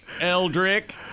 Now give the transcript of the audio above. eldrick